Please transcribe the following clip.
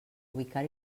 ubicar